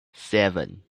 seven